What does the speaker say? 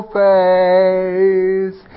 face